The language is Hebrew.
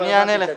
אני אענה לך.